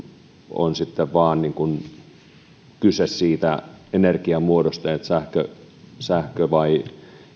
sitten on kyse vain siitä energiamuodosta sähkö sähkö vai